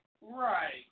Right